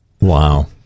Wow